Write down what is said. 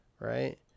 right